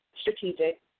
strategic